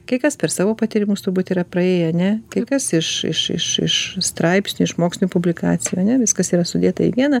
kai kas per savo patyrimus turbūt yra praėję ane kai kas iš iš iš iš straipsnių iš mokslinių publikacijų ane viskas yra sudėta į vieną